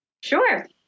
Sure